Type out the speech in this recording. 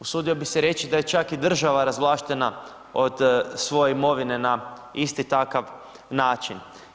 Usudio bih reći da je čak i država razvlaštena od svoje imovine na isti takav način.